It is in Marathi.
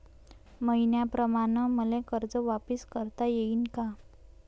मईन्याप्रमाणं मले कर्ज वापिस करता येईन का?